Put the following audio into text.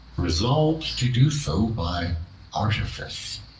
resolved to do so by artifice.